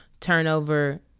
turnover